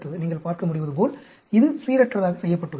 நீங்கள் பார்க்க முடிவது போல் இது சீரற்றதாக செய்யப்பட்டுள்ளது